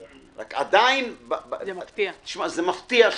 רק עדיין זה מפתיע,